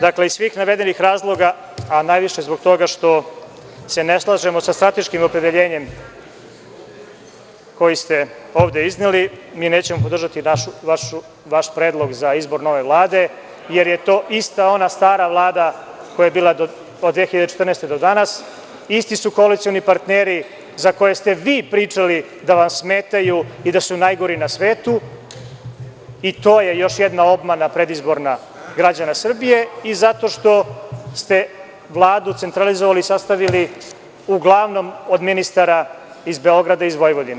Dakle, iz svih navedenih razloga, a najviše zbog toga što se ne slažemo sa strateškim opredeljenjem koji ste ovde izneli, mi nećemo podržati vaš predlog za izbor nove Vlade, jer je to ista ona stara Vlada koja je bila od 2014. godine do danas, isti su koalicioni partneri za koje ste vi pričali da vam smetaju i da su najgori na svetu, i to je još jedna predizborna obmana građana Srbije i zato što ste Vladu centralizovali i sastavili uglavnom od ministara iz Beograda i Vojvodine.